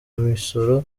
misoro